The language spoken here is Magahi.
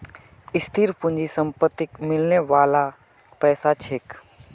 स्थिर पूंजी संपत्तिक मिलने बाला पैसा छिके